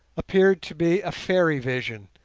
appeared to be a fairy vision,